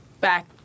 back